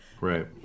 right